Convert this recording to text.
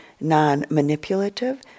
non-manipulative